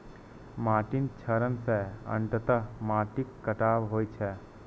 माटिक क्षरण सं अंततः माटिक कटाव होइ छै